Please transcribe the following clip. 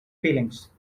feelings